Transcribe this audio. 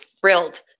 Thrilled